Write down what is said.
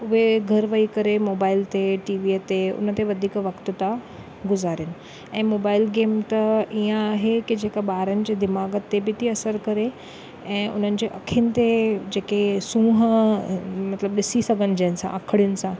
उहे घर वेही करे मोबाइल ते टीवीअ ते हुन ते वधीक वक़्त था गुज़ारियुनि ऐं मोबाइल गेम त ईअं आहे की जेका ॿारनि जे दिमाग़ ते बि थी असरु करे ऐं उन्हनि जे अखियुनि ते जेके सूंहुं मतिलबु ॾिसी सघनि जंहिंसां अखियुनि सां